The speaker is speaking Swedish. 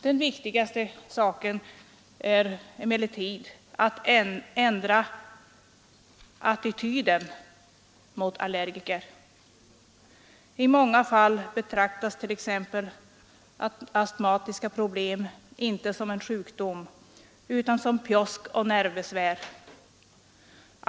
Det viktigaste är emellertid att ändra attityden mot allergiker. I många fall betraktas t.ex. astmatiska problem inte som en sjukdom utan som pjosk och nervbesvär.